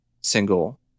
single